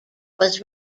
was